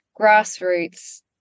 grassroots